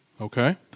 okay